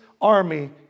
army